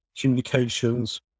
communications